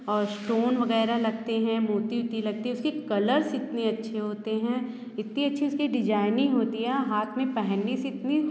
और स्टोन वगैरह लगते हैं मोती वोती लगते हैं उसके कलर्स इतने अच्छे होते हैं इतनी अच्छी उसकी डिज़ाइनींग होती है हाथ में पहनने से इतनी